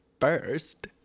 First